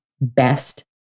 best